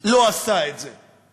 לא עשה את זה.